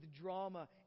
drama